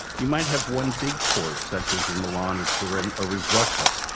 you might have one big course such as in milan or turin, a risotto.